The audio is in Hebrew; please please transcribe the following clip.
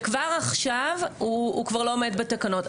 וכבר עכשיו הוא כבר לא עומד בתקנות.